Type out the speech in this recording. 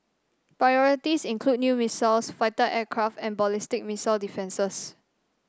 priorities include new missiles fighter aircraft and ballistic missile defences